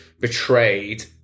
betrayed